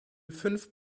fünf